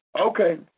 okay